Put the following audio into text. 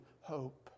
hope